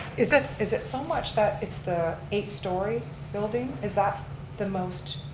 is it is it so much that it's the eight-story building? is that the most?